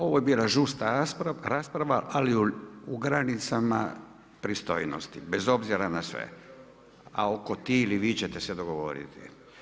Ovo je bila žustra rasprava ali u granicama pristojnosti bez obzira na sve, a oko ti ili vi ćete se dogovoriti.